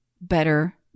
Better